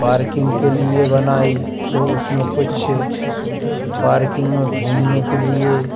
parking के लिए बनाई तो उसमें कुछ पार्किंग में घूमने के लिए